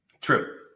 True